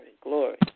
glory